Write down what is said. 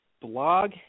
blog